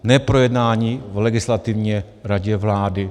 Neprojednání v Legislativě radě vlády.